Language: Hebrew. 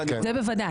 זה בוודאי.